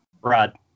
Rod